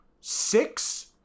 six